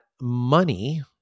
money